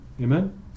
amen